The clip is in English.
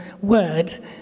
word